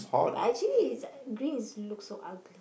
but actually is uh green is looks so ugly